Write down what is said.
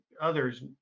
others